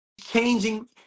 changing